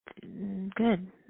good